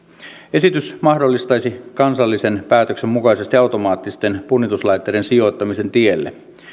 esitys mahdollistaisi kansallisen päätöksen mukaisesti automaattisten punnituslaitteiden sijoittamisen tielle